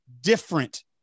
different